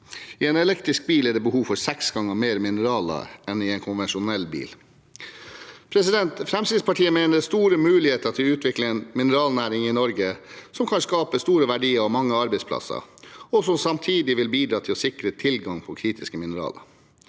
I en elektrisk bil er det behov for seks ganger mer mineraler enn i en konvensjonell bil. Fremskrittspartiet mener det er store muligheter til å utvikle en mineralnæring i Norge som kan skape store verdier og mange arbeidsplasser, og som samtidig vil bidra til å sikre tilgang på kritiske mineraler.